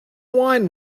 wine